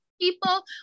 people